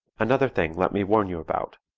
another thing let me warn you about!